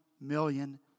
million